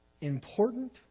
important